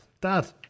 Dad